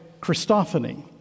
Christophany